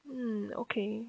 mm okay